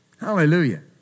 Hallelujah